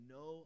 no